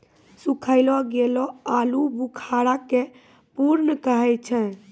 सुखैलो गेलो आलूबुखारा के प्रून कहै छै